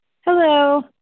Hello